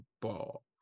ball